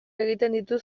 dituzte